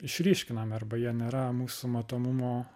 išryškinami arba jie nėra mūsų matomumo